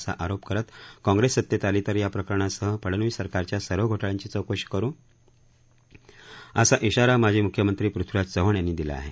असा आरोप करत कॉग्रेस सत्तेत आली तर या प्रकरणासह फडनवीस सरकारच्या सर्व घोटाळ्यांची चौकशी करु असा इशारा माजी म्ख्यमंत्री पृथ्वीराज चव्हाण यांनी दिला आहे